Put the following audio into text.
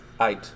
Eight